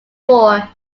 four